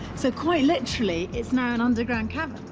so, quite literally, it's now an underground cavern?